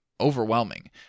overwhelming